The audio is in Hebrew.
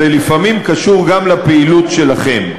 זה לפעמים קשור גם לפעילות שלכם.